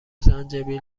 زنجبیل